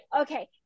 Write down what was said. okay